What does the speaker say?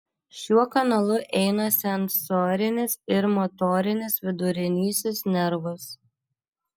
šiuo kanalu eina sensorinis ir motorinis vidurinysis nervas